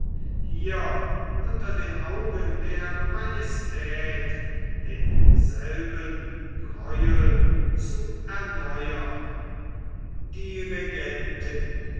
hier unter den augen der majestät denselben gräuel zu erneuern